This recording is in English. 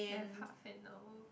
they have half an hour